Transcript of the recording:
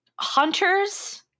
Hunters